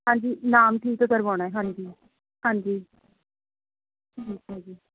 ਹਾਂਜੀ ਨਾਮ ਠੀਕ ਕਰਵਾਉਣਾ ਹੈ ਹਾਂਜੀ ਹਾਂਜੀ ਠੀਕ ਹੈ ਜੀ